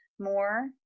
more